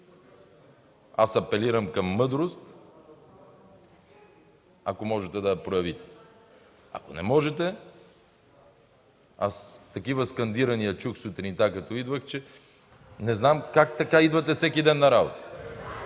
Аз апелирам към мъдрост, ако можете да я проявите. Ако не можете, такива скандирания чух сутринта, като идвах, че не знам как така идвате всеки ден на работа,